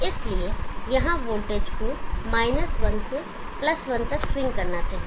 इसलिए यहां वोल्टेज को 1 से 1 तक स्विंग करना चाहिए